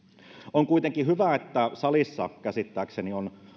on kuitenkin hyvä että salissa käsittääkseni vaikka